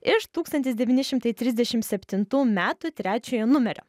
iš tūkstantis devyni šimtai trisdešimt septintų metų trečiojo numerio